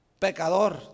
Pecador